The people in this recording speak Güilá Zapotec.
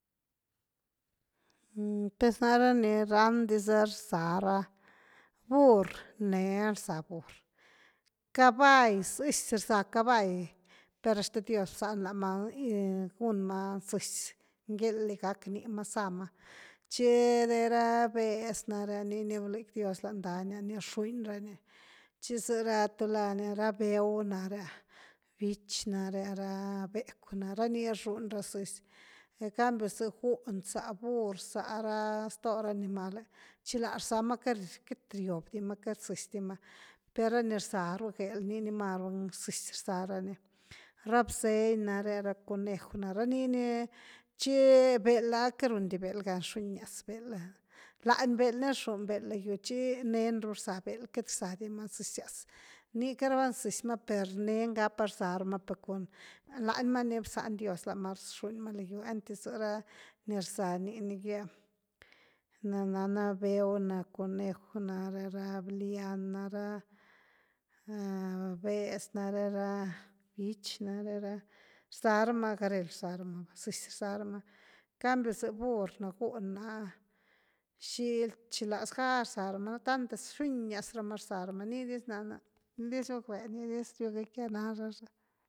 Pues nare ni rqan diza rza ra, burr nen rza burr, caball, zëzy rza caball, per hasta dios bzann- lama gun ma zëzy, ngél gack ni ma zama, tchi de ra béz nare niini blëqui dios lan-dany ni rxuny ra ni, tchi za ra tulá ra ni, ra bew nare’ah, bich nare’ah, ra becw nare ah, ra ni rxun ra zëzy, en cambio za gún, za burr, za ras to ra animale chilaz rza ma queity-queity riob di ma queity z´hz di ma, per ra ni rza ru gel, ni zëzy rza ra ni, ra bzeny nare, ra conej’w ra nini, tchi nii ni, beld queity run dibeld gam rxunias, lany beld ni rxuny beld lo gyu tchi nen ru rza beld, queity rza di ma zëzyas, rni caraba zëzy ma per nen gap a rza rama cun lany ma ni bzan dios lama rxuny ma lo gyu, einty za ra ni rza nii ni gy ni nana bew na, conej’w nare, ra blian nare ra, ra béez nare ra bich nare rrza rama gareld rza rama, zëzy rza rama en cambio za burr, za gun na, xily chiláz garza rama, no tante rxunias rama rzá ra ma, nii diz nana ni diz guckbe, ni dis riu gëckya nara.